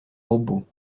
robots